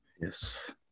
Yes